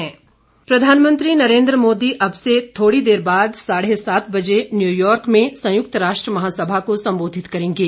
प्रधानमंत्री प्रधानमंत्री नरेंद्र मोदी अब से थोड़ी देर बाद साढ़े सात बजे न्यूयॉर्क में संयुक्त राष्ट्र महासभा को संबोधित करेंगे